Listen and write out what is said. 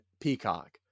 Peacock